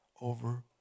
over